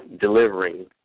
delivering